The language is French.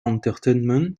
entertainment